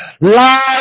Life